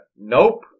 Nope